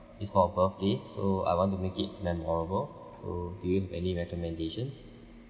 it's for a birthday so I want to make it memorable so do you have any recommendations